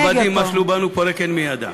"עבדים משלו בנו, פורק אין מידם".